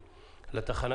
תודה.